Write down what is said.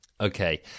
Okay